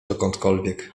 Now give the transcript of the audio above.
dokądkolwiek